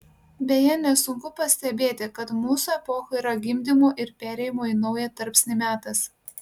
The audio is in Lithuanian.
beje nesunku pastebėti kad mūsų epocha yra gimdymo ir perėjimo į naują tarpsnį metas